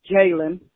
Jalen